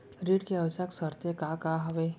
ऋण के आवश्यक शर्तें का का हवे?